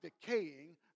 decaying